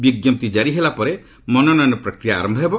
ବିଞ୍ଜପ୍ତି ଜାରି ହେଲା ପରେ ମନୋନୟନ ପ୍ରକ୍ରିୟା ଆରମ୍ଭ ହୋଇଯିବ